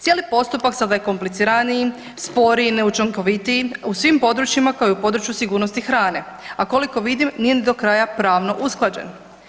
Cijeli postupak sada je kompliciraniji, sporiji, neučinkovitiji u svim područjima kao i u području sigurnosti hrane, a koliko vidim nije ni do kraja pravno usklađen.